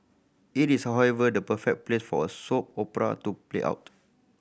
it is however the perfect place for a soap opera to play out